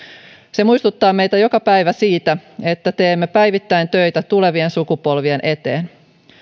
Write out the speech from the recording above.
se muistuttaa meitä joka päivä siitä että teemme päivittäin töitä tulevien sukupolvien eteen